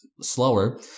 slower